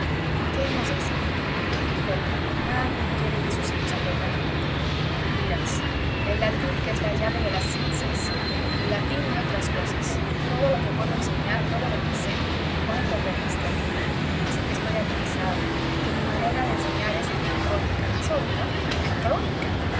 qué hemos de hacer hijo mío nadie quiere que sus hijos aprendan el latín tú dirás el latín que es la llave de las ciencias ni latín ni otras cosas todo lo que puedo enseñar todo lo que sé cuanto aprendiste aquí dicen que estoy atrasado que mi manera de enseñar es anacrónica has oido anacrónica